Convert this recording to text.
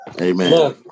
Amen